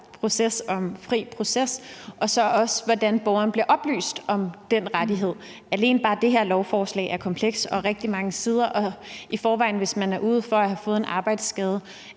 til at få fri proces og hvordan borgeren så bliver oplyst om den rettighed. Alene bare det her lovforslag er komplekst og på rigtig mange sider, og hvis man i forvejen har været ude for at få en arbejdsskade,